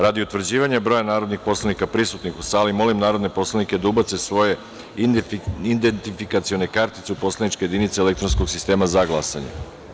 Radi utvrđivanja broja narodnih poslanika prisutnih u sali, molim narodne poslanike da ubace svoje identifikacione kartice u poslaničke jedinice elektronskog sistema za glasanje.